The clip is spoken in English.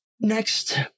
next